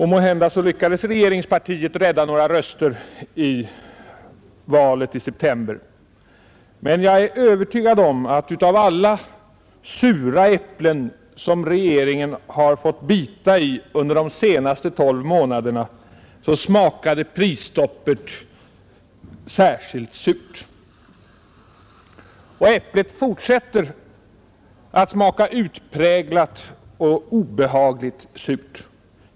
Måhända lyckades regeringspartiet rädda några röster i valet i september, men jag är övertygad om att av alla sura äpplen som regeringen har fått bita i under de senaste 12 månaderna smakade prisstoppet särskilt surt. Och äpplet fortsätter att smaka utpräglat och obehagligt surt.